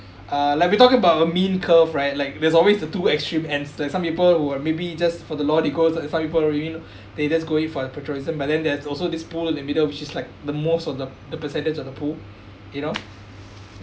uh like we're talking about a mean curve right like there's always the two extreme ends there's some people who are maybe just for the law they go like some people already know they just go it for the patriotism but then there's also this pool in the middle which is like the most of the the percentage of the pool you know